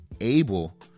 able